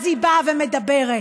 אז היא באה ומדברת.